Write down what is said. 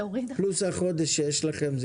ימים פלוס החודש שיש לכם.